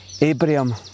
Abraham